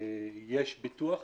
יש ביטוח